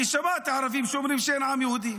אני שמעתי ערבים שאומרים שאין עם יהודי.